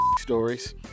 stories